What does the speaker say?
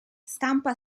stampa